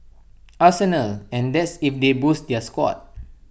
arsenal and that's if they boost their squad